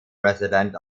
resident